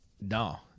No